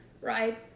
right